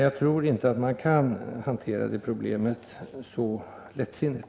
Jag tror inte att man kan hantera problemet så lättvindigt.